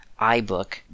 iBook